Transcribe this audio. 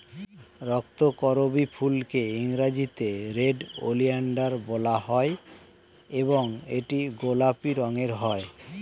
রক্তকরবী ফুলকে ইংরেজিতে red oleander বলা হয় এবং এটি গোলাপি রঙের হয়